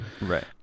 Right